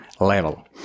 level